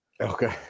Okay